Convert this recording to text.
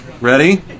Ready